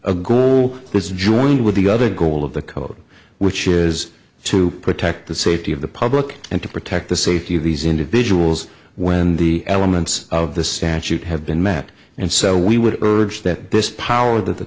a goal is joined with the other goal of the code which is to protect the safety of the public and to protect the safety of these individuals when the elements of the statute have been met and so we would urge that this power that the